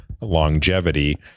longevity